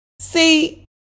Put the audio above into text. See